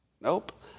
Nope